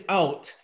out